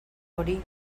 hori